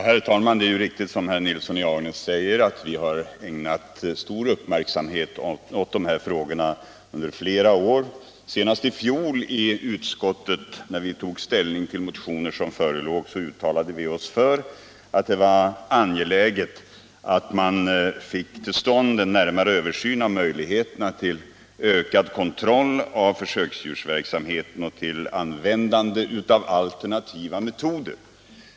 Herr talman! Det är riktigt som herr Nilsson i Agnäs säger, att vi har ägnat stor uppmärksamhet åt de här frågorna under flera år. Senast när vi i utskottet i fjol tog ställning till motioner som förelåg påpekade vi att det var angeläget att man fick till stånd en närmare översyn av möjligheterna till ökad kontroll av försöksdjursverksamheten och uttalade oss för användandet av alternativa metoder.